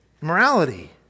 morality